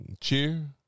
cheer